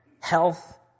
health